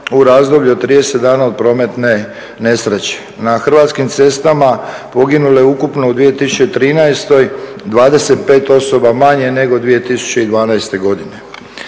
u razdoblju od 30 dana od prometne nesreće. Na hrvatskim cestama poginulo je ukupno u 2013. 25 osoba manje nego 2012. godine.